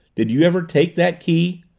did you ever take that key?